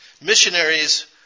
Missionaries